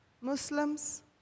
Muslims